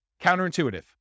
Counterintuitive